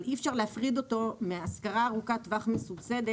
אבל אי אפשר להפריד אותו מהשכרה ארוכת טווח מסובסדת,